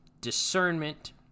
discernment